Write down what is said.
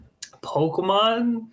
Pokemon